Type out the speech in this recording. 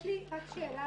יש לי רק שאלה,